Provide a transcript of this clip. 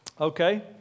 Okay